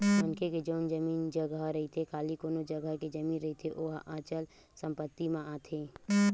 मनखे के जउन जमीन जघा रहिथे खाली कोनो जघा के जमीन रहिथे ओहा अचल संपत्ति म आथे